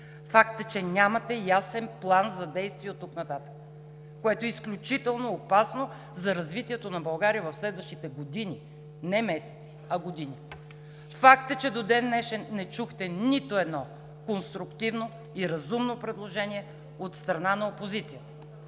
Факт е, че нямате ясен план за действие оттук нататък, което е изключително опасно за развитието на България в следващите години. Не месеци, а години! Факт е, че до ден-днешен не чухте нито едно конструктивно и разумно предложение от страна опозицията.